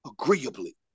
agreeably